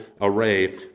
array